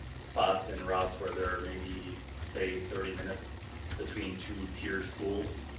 spots in routes where there may be, say, thirty minutes between two tier schools.